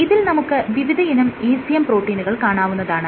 ഇതിൽ നമുക്ക് വിവിധയിനം ECM പ്രോട്ടീനുകൾ കാണാവുന്നതാണ്